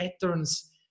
patterns